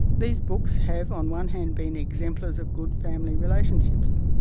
these books have on one hand been exemplars of good family relationships.